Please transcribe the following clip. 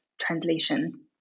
translation